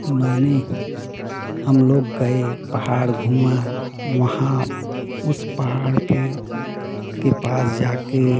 मैंने हम लोग गए पहाड़ घूमा वहाँ उस पहाड़ पे के पास जाके